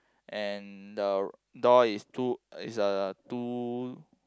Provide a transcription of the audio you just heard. and the door is two is a two